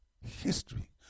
History